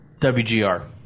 WGR